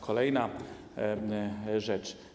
Kolejna rzecz.